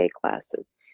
classes